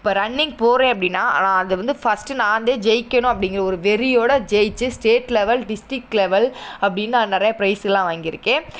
இப்போ ரன்னிங் போகிறேன் அப்படின்னா நான் அதை வந்து ஃபஸ்ட்டு நான்தான் ஜெயிக்கணும் அப்படிங்கிற ஒரு வெறியோடு ஜெயித்து ஸ்டேட் லெவல் டிஸ்ட்ரிக்ட் லெவல் அப்படின்னு நான் நிறையா ப்ரைஸெல்லாம் வாங்கியிருக்கேன்